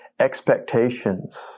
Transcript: expectations